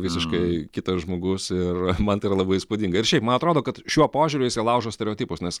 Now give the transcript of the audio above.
visiškai kitas žmogus ir man tai yra labai įspūdinga ir šiaip man atrodo kad šiuo požiūriu jisai laužo stereotipus nes